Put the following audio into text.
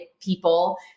people